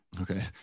Okay